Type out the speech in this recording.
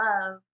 love